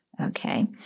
Okay